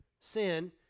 sin